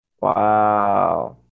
Wow